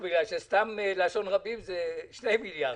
לשון רבים זה לפחות שני מיליארד.